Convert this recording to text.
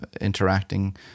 interacting